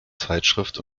zeitschrift